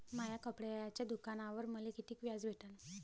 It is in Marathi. माया कपड्याच्या दुकानावर मले कितीक व्याज भेटन?